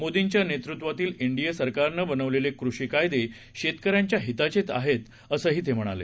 मोदींच्या नेतृत्वातील एनडीए सरकारनं बनवलेले कृषी कायदे शेतकऱ्यांच्या हिताचे आहेत असंही ते म्हणाले